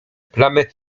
plamy